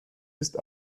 ist